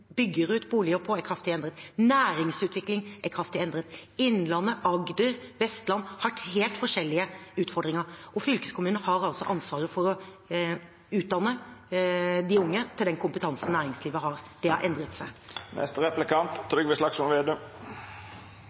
bygger ut boliger på, er kraftig endret. Næringsutvikling er kraftig endret. Innlandet, Agder, Vestland har helt forskjellige utfordringer. Og fylkeskommunene har altså ansvaret for å utdanne de unge til den kompetansen næringslivet har behov for. Det har endret seg.